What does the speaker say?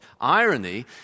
Irony